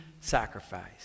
sacrifice